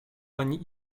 pani